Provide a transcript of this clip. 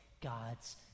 God's